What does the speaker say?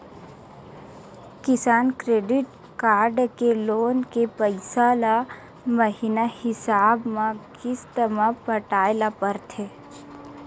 किसान credit card के loan के पइसा ल महिना हिसाब म किस्त म पटाए ल परथे